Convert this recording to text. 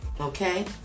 Okay